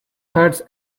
hurts